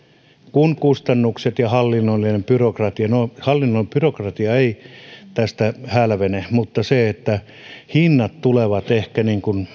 kun kustannukset ja hallinnollinen byrokratia no hallinnon byrokratia ei tästä hälvene mutta hinnat tulevat ehkä